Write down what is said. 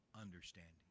understanding